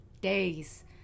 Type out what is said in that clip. days